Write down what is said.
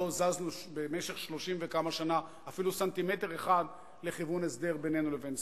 זזנו במשך 30 וכמה שנה אפילו סנטימטר אחד לכיוון הסדר בינינו לבין סוריה.